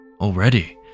Already